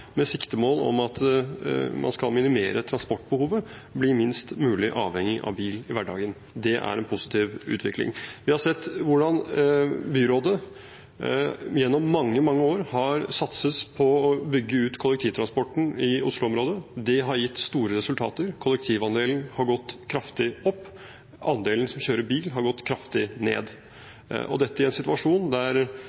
med siktemål om at man skal minimere transportbehovet – bli minst mulig avhengig av bil i hverdagen. Det er en positiv utvikling. Vi har sett hvordan byrådet gjennom mange år har satset på å bygge ut kollektivtransporten i Oslo-området. Det har gitt store resultater. Kollektivandelen har gått kraftig opp, og andelen som kjører bil har gått kraftig ned.